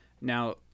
now